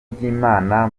ry’imana